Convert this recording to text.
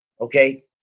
Okay